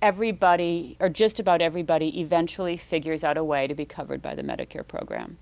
everybody or just about everybody eventually figures out a way to be covered by the medicare program.